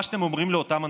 מה שאתם אומרים לאותם אנשים: